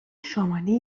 شمالی